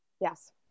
Yes